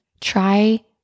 try